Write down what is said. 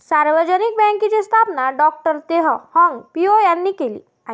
सार्वजनिक बँकेची स्थापना डॉ तेह हाँग पिओ यांनी केली आहे